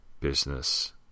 business